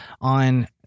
on